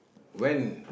when